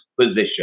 position